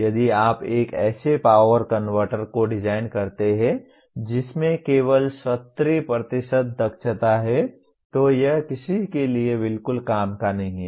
यदि आप एक ऐसे पॉवर कन्वर्टर को डिज़ाइन करते हैं जिसमें केवल 70 दक्षता है तो यह किसी के लिए बिल्कुल काम का नहीं है